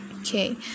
Okay